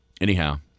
Anyhow